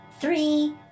three